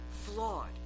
flawed